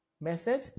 message